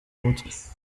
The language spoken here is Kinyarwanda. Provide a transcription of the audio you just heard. mutwe